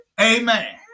Amen